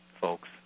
folks